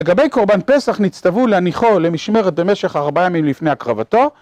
לגבי קורבן פסח נצטוו להניחו למשמרת, במשך ארבעה ימים לפני הקרבתו...